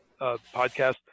podcast